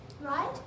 Right